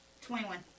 Twenty-one